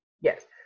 yes